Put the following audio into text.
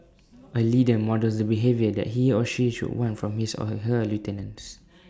A leader models the behaviour that he or she should want from his or her lieutenants